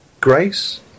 Grace